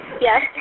Yes